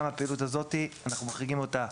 גם הפעילות הזאת, אנחנו מחריגים אותה,